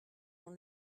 dans